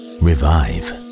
revive